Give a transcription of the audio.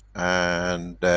and